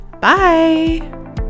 bye